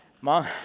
Mom